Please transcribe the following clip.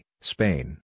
Spain